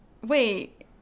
Wait